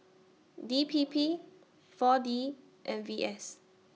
D P P four D and V S